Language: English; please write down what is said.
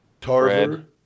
Tarver